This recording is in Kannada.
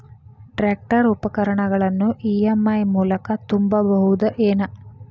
ಟ್ರ್ಯಾಕ್ಟರ್ ಉಪಕರಣಗಳನ್ನು ಇ.ಎಂ.ಐ ಮೂಲಕ ತುಂಬಬಹುದ ಏನ್?